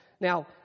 Now